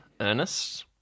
Ernest